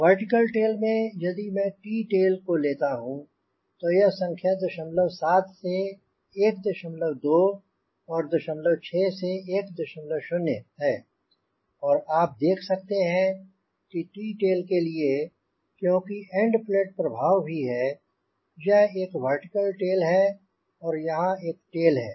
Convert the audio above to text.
vertical tail में यदि मैं टी टेल को लेता हूँ तो यह संख्या 0 7 से 12 और 06 से 10 है और आप देख सकते हैं कि टी टेल के लिए क्योंकि एंड प्लेट प्रभाव भी है यह एक वर्टिकल टेल है और यहाँ एक टेल है